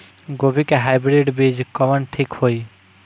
गोभी के हाईब्रिड बीज कवन ठीक होई?